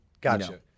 Gotcha